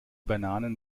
bananen